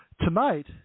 Tonight